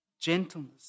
gentleness